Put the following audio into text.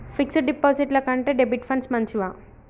Fix డ్ డిపాజిట్ల కంటే డెబిట్ ఫండ్స్ మంచివా?